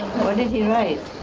what did he write?